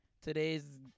Today's